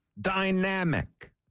Dynamic